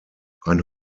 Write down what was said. ein